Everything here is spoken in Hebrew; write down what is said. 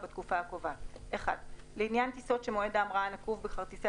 בתקופה הקובעת 1. לעניין טיסות שמועד ההמראה הנקוב בכרטיסי